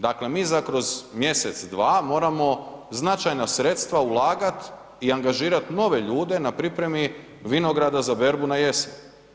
Dakle, mi za kroz mjesec, dva moramo značajna sredstva ulagat i angažirat nove ljude na pripremi vinograda za berbu na jesen.